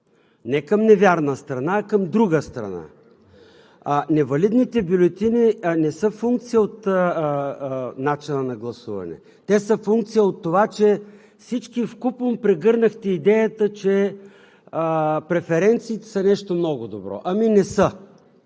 не към невярна страна, а към друга страна. Невалидните бюлетини не са функция от начина на гласуване. Те са функция от това, че всички вкупом прегърнахте идеята, че преференциите са нещо много добро. Ами не са!